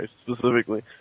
specifically